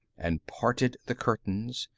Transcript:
and parted the curtains,